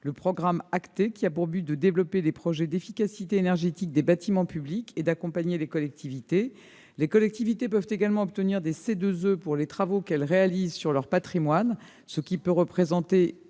Le programme Actée a pour objectif de développer les projets d'efficacité énergétique des bâtiments publics et d'accompagner les collectivités. Elles peuvent également obtenir des CEE pour les travaux qu'elles réalisent sur leur patrimoine, ce qui peut représenter